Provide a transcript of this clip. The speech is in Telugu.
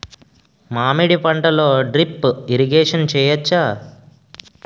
మామిడి పంటలో డ్రిప్ ఇరిగేషన్ చేయచ్చా?